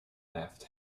left